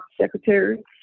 secretary